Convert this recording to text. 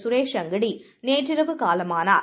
சுரேஷ்அங்கடிநேற்றிரவுகாலமானார்